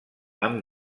amb